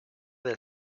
del